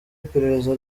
iperereza